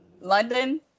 London